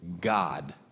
God